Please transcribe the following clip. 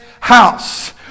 house